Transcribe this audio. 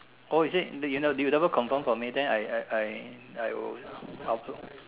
oh is it then you never you never confirm for me then I I I I will I'll put